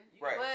Right